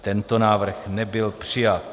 Tento návrh nebyl přijat.